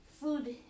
food